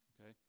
okay